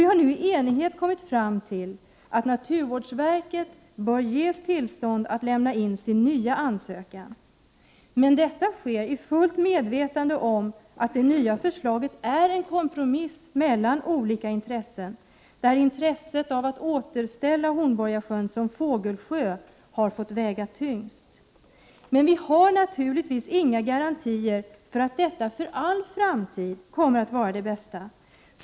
Vi har i enighet kommit fram till att naturvårdsverket nu bör ges tillstånd att lämna in sin nya ansökan. Men vi är fullt medvetna om att det nya förslaget är en kompromiss mellan olika intressen, där intresset för att återställa Hornborgasjön som fågelsjö har fått väga tyngst. Vi har naturligtvis inga garantier för att detta för all framtid kommer att vara det bästa alternativet.